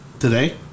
Today